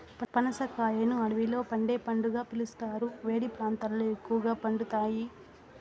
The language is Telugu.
పనస కాయను అడవిలో పండే పండుగా పిలుస్తారు, వేడి ప్రాంతాలలో ఎక్కువగా పండుతాయి